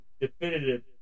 definitive